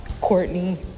Courtney